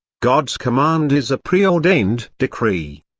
god's command is a pre-ordained decree.